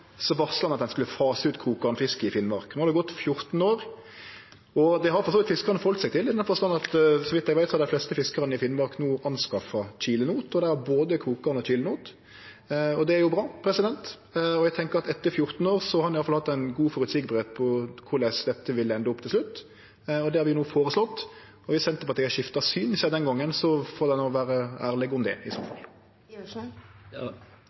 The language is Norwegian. varsla ein at ein skulle fase ut krokgarnfiske i Finnmark. No har det gått 14 år, og det har for så vidt fiskarane forheldt seg til, i den forstand at så vidt eg veit, har dei fleste fiskarane i Finnmark no skaffa seg kilenot, og dei har både krokgarn og kilenot. Det er jo bra. Eg tenkjer at etter 14 år har det i alle fall vore føreseieleg korleis dette ville ende opp til slutt. Det har vi no føreslått, og viss Senterpartiet har skifta syn sidan den gongen, får dei no vere ærlege om det i så